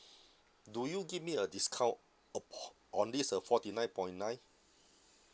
do you give me a discount upon on this uh forty nine point nine